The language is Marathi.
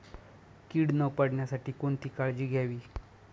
कीड न पडण्यासाठी कोणती काळजी घ्यावी?